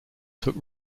took